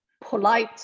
polite